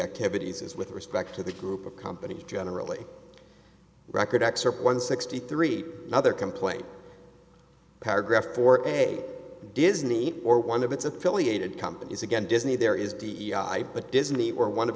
activities is with respect to the group of companies generally record excerpt one sixty three another complaint paragraph four a disney or one of its affiliated companies again disney there is d e i but disney or one of